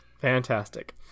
Fantastic